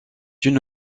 une